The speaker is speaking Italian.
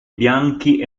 bianchi